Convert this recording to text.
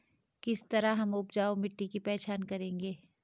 किस तरह हम उपजाऊ मिट्टी की पहचान करेंगे?